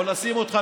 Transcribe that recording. או נשים אותך,